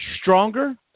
stronger